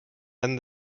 and